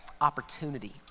opportunity